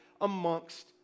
amongst